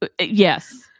Yes